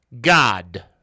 God